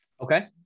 Okay